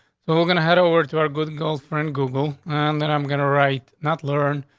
so we're gonna head over to our good and girlfriend google on that. i'm going to write, not learn.